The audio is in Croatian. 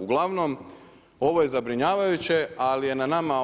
Uglavnom ovo je zabrinjavajuće, ali je na nama